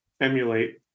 emulate